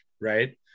right